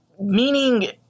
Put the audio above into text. meaning